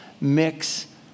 mix